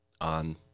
on